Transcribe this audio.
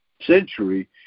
century